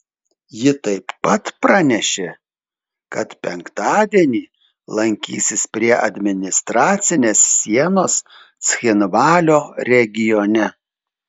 ji taip pat pranešė kad penktadienį lankysis prie administracinės sienos cchinvalio regione